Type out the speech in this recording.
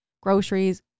groceries